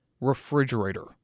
refrigerator